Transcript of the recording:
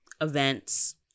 events